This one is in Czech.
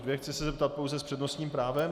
Chci se zeptat pouze s přednostním právem?